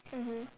mmhmm